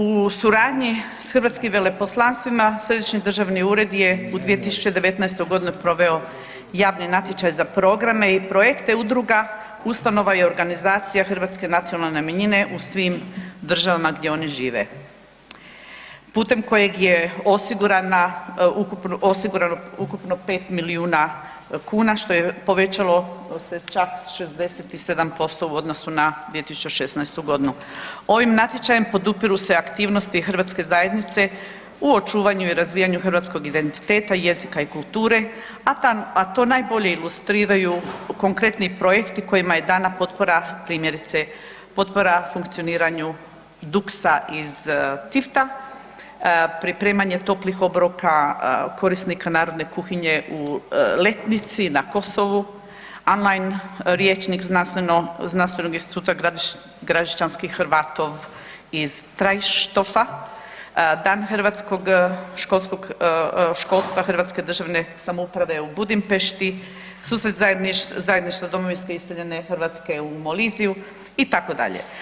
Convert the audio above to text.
U suradnji sa hrvatskim veleposlanstvima središnji državni ured je u 2019.g. proveo javne natječaje za programe i projekte udruga, ustanova i organizacija Hrvatska nacionalne manjine u svim državama gdje oni žive, putem kojeg je osigurano ukupno 5 milijuna kuna što se povećalo čak 67% u odnosu na 2016.g. Ovim natječajem podupiru se aktivnosti Hrvatske zajednice u očuvanju i razvijanju hrvatskog identiteta, jezika i kulture, a to najbolje ilustriraju konkretni projekti kojima je dana potpora, primjerice potpora funkcioniranju Duxa iz Tifta, pripremanje toplih obroka korisnika Narodne kuhinje u Letnici na Kosovu, Am Mein rječnik Znanstvenog instituta Gradišćanskih Hrvata iz Treibstoffa, Dan hrvatskog školstva Hrvatske državne samouprave u Budimpešti, Susret zajedništva domovinske iseljene Hrvatske u Moliseu itd.